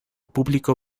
público